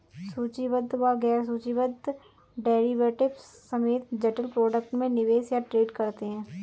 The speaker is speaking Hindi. सूचीबद्ध व गैर सूचीबद्ध डेरिवेटिव्स समेत जटिल प्रोडक्ट में निवेश या ट्रेड करते हैं